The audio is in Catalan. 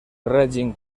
règim